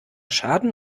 schaden